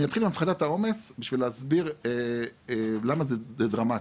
אני אתחיל מהפחתת העומס בשביל להסביר למה זה דרמטי,